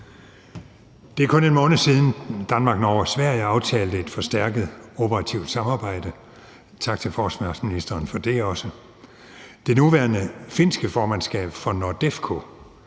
Det er kun en måned siden, at Danmark, Norge og Sverige aftalte et forstærket operativt samarbejde – tak til forsvarsministeren for det også. Det nuværende finske formandskab for NORDEFCO,